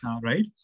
right